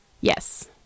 Yes